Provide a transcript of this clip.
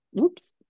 Oops